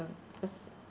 cause